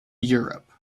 europe